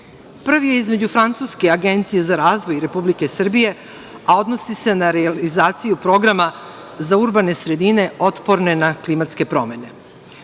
je, između francuske Agencije za razvoj i Republike Srbije, a odnosi se na realizaciju programa za urbane sredine otporne na klimatske promene. Zakonom